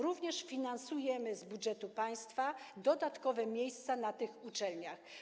Również finansujemy z budżetu państwa dodatkowe miejsca na tych uczelniach.